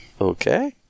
Okay